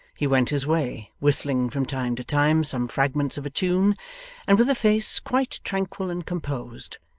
he went his way, whistling from time to time some fragments of a tune and with a face quite tranquil and composed,